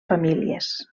famílies